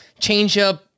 changeup